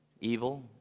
Evil